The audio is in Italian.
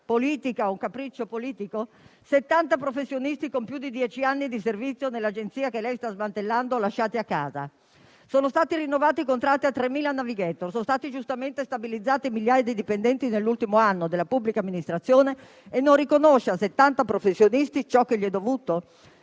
politica, per un capriccio politico? Ripeto, 70 professionisti con più di dieci anni di servizio nell'agenzia che lei sta smantellando lasciati a casa. Sono stati rinnovati i contratti a 3.000 *navigator*, sono stati giustamente stabilizzati migliaia di dipendenti nell'ultimo anno nella pubblica amministrazione e non riconosce a 70 professionisti ciò che è loro dovuto?